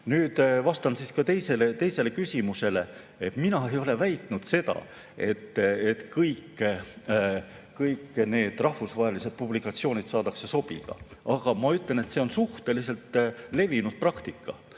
nüüd vastan teisele küsimusele. Mina ei ole väitnud seda, et kõik need rahvusvahelised publikatsioonid saadakse sobiga. Aga ma ütlen, et see on suhteliselt levinud praktika,